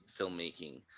filmmaking